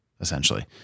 essentially